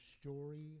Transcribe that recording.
story